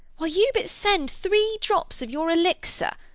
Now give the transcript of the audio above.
why, you but send three drops of your elixir,